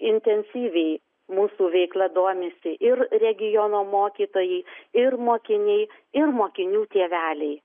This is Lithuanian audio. intensyviai mūsų veikla domisi ir regiono mokytojai ir mokiniai ir mokinių tėveliai